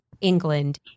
England